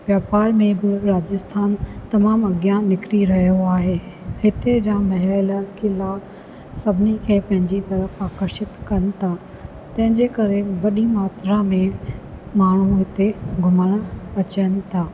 वापार में बि राजस्थान तमामु अॻियां निकिरी रहियो आहे हिते जा महल क़िला सभिनी खे पंहिंजी तरफ़ु आकर्षित कनि था तंहिं जे करे वॾी मात्रा में माण्हू हिते घुमण अचनि था